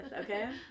okay